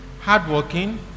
hardworking